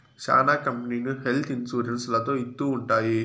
శ్యానా కంపెనీలు health insurance లలో ఇత్తూ ఉంటాయి